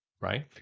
right